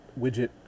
widget